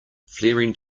flaring